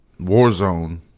Warzone